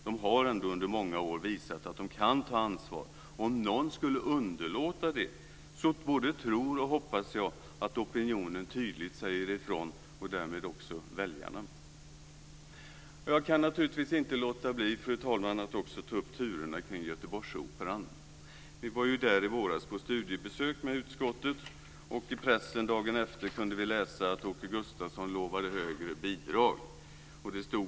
De har under många år visat att de kan ta ansvar. Om någon skulle underlåta att göra det, både tror och hoppas jag att opinionen tydligt säger ifrån och därmed också väljarna. Jag kan naturligtvis inte låta bli, fru talman, att också ta upp turerna kring Göteborgsoperan. Utskottet var ju där på studiebesök i våras. I pressen dagen efter kunde vi läsa att Åke Gustavsson lovade högre bidrag.